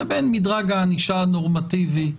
לבין מדרג הענישה הנורמטיבי,